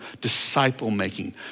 disciple-making